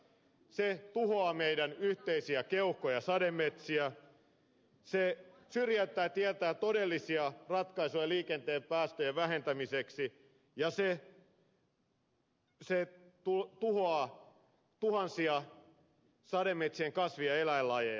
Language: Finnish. se tuhoaa meidän yhteisiä keuhkojamme sademetsiä se syrjäyttää tieltään todellisia ratkaisuja liikenteen päästöjen vähentämiseksi ja se tuhoaa tuhansia sademetsien kasvi ja eläinlajeja